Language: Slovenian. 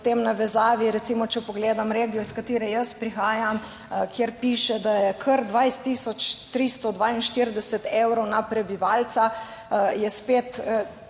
navezavi, recimo, če pogledam regijo iz katere jaz prihajam, kjer piše, da je kar 20 tisoč 342 evrov na prebivalca, je spet